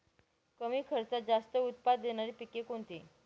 कमी खर्चात जास्त उत्पाद देणारी पिके कोणती?